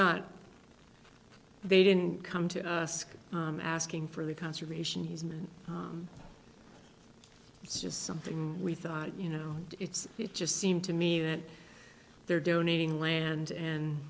not they didn't come to ask asking for the conservation easement it's just something we thought you know it's just seemed to me that they're donating land and